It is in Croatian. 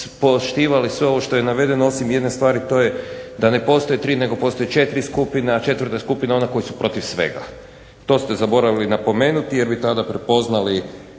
poštivali sve ovo što je navedeno, osim jedne stvari, to je da ne postoje tri, nego postoje četiri skupine, a četvrta je skupina ona koje su protiv svega. To ste zaboravili napomenuti, jer bi tada prepoznali